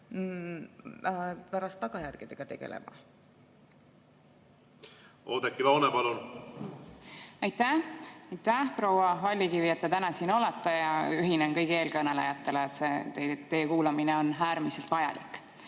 pärast tagajärgedega tegelema. Oudekki Loone, palun! Aitäh! Aitäh, proua Vallikivi, et te täna siin olete! Ühinen kõigi eelkõnelejatega, et teie kuulamine on äärmiselt vajalik.